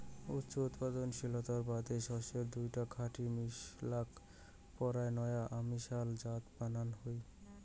উচ্চ উৎপাদনশীলতার বাদে শস্যের দুইটা খাঁটি মিশলক পরায় নয়া অমিশাল জাত বানান হই